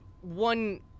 one